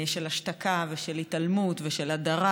השתקה ושל התעלמות ושל הדרה,